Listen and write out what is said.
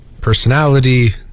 personality